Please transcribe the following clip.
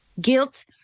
Guilt